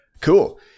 cool